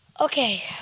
Okay